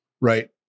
right